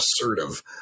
assertive